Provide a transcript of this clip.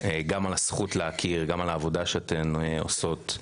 על הזכות להכיר אתכן ואת העבודה שאתן עושות.